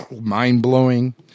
Mind-blowing